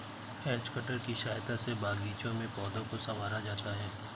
has cutter की सहायता से बागीचों में पौधों को सँवारा जाता है